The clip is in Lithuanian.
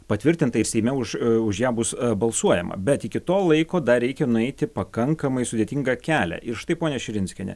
patvirtinta ir seime už už ją bus balsuojama bet iki to laiko dar reikia nueiti pakankamai sudėtingą kelią ir štai ponia širinskiene